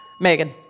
Megan